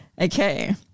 Okay